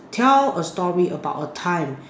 tell a story about a time